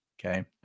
Okay